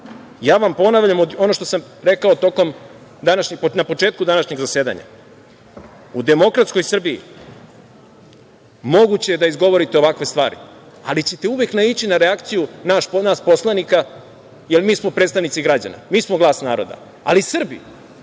zajednica. Ponavljam ono što sam rekao na početku današnjeg zasedanja. U demokratskoj Srbiji moguće je da izgovorite ovakve stvari, ali ćete uvek naići na reakciju nas poslanika, jer smo mi predstavnici građana, mi smo glas naroda. Srbi